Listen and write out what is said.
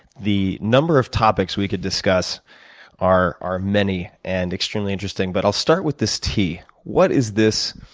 the number of topics we could discuss are are many and extremely interesting, but i'll start with this tea. what is this?